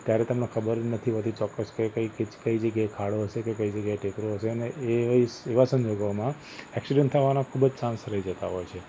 ત્યારે તમને ખબર નથી હોતી ચોક્કસ કે કઈ કઈ જગ્યાએ ખાડો હશે કે કઈ જગ્યાએ ટેકરો હશે અને એ એવા સંજોગોમાં ઍક્સિડન્ટ થવાનાં ખૂબ જ ચાન્સ રહી જતા હોય છે